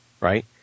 Right